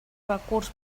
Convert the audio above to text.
recurs